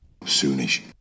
soonish